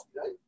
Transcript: right